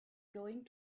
going